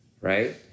right